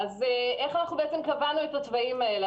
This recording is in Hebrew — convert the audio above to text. איך קבענו את התוואים האלה.